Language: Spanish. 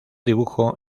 dibujo